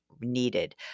Needed